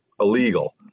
illegal